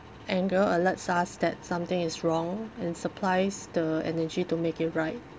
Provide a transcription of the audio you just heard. anger alerts us that something is wrong and supplies the energy to make it right